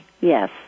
Yes